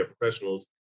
professionals